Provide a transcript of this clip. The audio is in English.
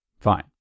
Fine